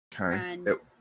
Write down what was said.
Okay